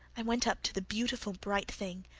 i went up to the beautiful bright thing,